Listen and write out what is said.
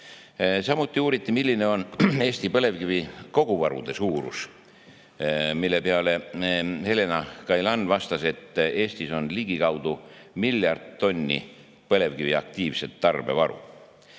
vähem. Samuti uuriti, milline on Eesti põlevkivi koguvaru suurus, mille peale Helena Gailan vastas, et Eestis on ligikaudu miljard tonni aktiivset põlevkivi